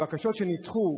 הבקשות שנדחו,